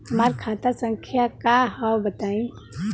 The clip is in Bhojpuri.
हमार खाता संख्या का हव बताई?